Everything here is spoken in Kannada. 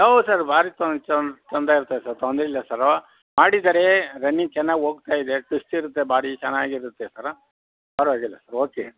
ಹೌದು ಸರ್ ಭಾರಿ ತೊಂದರೆ ಇರತ್ತೆ ಸರ್ ತೊಂದರೆ ಇಲ್ಲ ಸರ್ ಮಾಡಿದ್ದಾರೆ ರನ್ನಿಂಗ್ ಚೆನ್ನಾಗಿ ಹೋಗ್ತಾಯಿದೆ ಟ್ವಿಸ್ಟ್ ಇರುತ್ತೆ ಬಾರಿ ಚೆನ್ನಾಗಿರತ್ತೆ ಸರ್ ಪರವಾಗಿಲ್ಲ ಓಕೆ